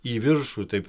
į viršų taip